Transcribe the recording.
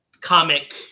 comic